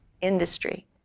industry